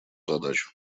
задачу